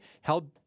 held